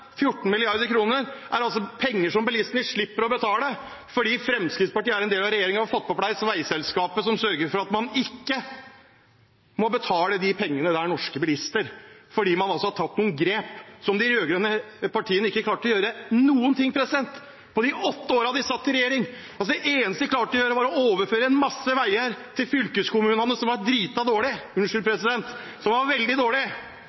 14 mrd. kr – er penger som bilistene slipper å betale fordi Fremskrittspartiet er en del av regjeringen og har fått på plass veiselskapet som sørger for at norske bilister ikke må betale disse pengene. Man har tatt noen grep der de rød-grønne partiene ikke klarte å gjøre noen ting på de åtte årene de satt i regjering. Det eneste de klarte, var å overføre en masse veier til fylkeskommunene, som var drita dårlig – unnskyld president! – de var veldig